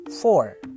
four